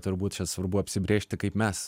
turbūt čia svarbu apsibrėžti kaip mes